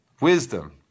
Wisdom